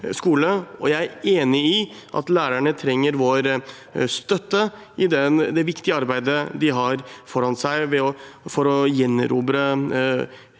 Jeg er enig i at lærerne trenger vår støtte i det viktige arbeidet de har foran seg med å gjenerobre